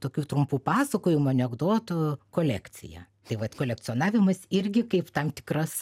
tokių trumpų pasakojimų anekdotų kolekciją tai vat kolekcionavimas irgi kaip tam tikras